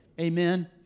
Amen